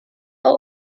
all